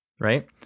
right